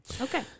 Okay